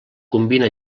combina